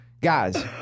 Guys